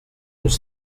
nous